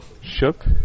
shook